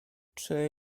czy